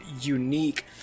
unique